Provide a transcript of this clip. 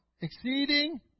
Exceeding